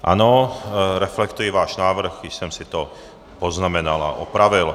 Ano, reflektuji váš návrh, již jsem si to poznamenal a opravil.